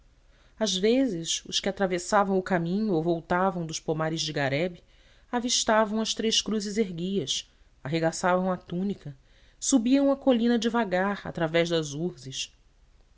às vezes os que atravessavam o caminho ou voltavam dos pomares de garebe avistavam as três cruzes erguidas arregaçavam a túnica subiam a colina devagar através das urzes